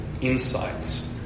insights